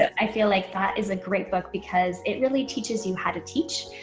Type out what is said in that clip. i feel like that is a great book because it really teaches you how to teach.